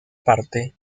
parte